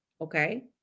Okay